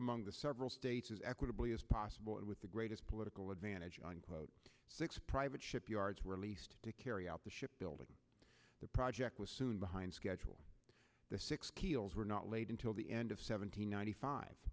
among the several states equitably as possible and with the greatest political advantage unquote six private shipyards were leased to carry out the ship building the project was soon behind schedule the six keels were not laid until the end of seventeen ninety five